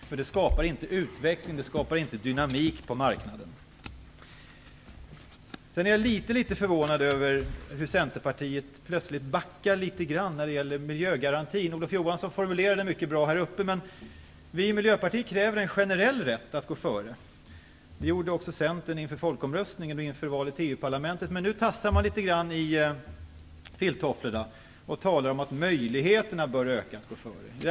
Det skapar inte utveckling, det skapar inte dynamik på marknaden. Jag är litet förvånad över hur Centerpartiet plötsligt backar litet grand när det gäller miljögarantin. Olof Johansson formulerade det mycket bra från talarstolen, men vi i Miljöpartiet kräver en generell rätt att gå före. Det gjorde också Centern inför folkomröstningen och inför valet till EU-parlamentet. Men nu tassar man litet grand i filttofflorna och talar om att möjligheterna att gå före bör öka.